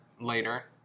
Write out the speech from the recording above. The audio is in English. later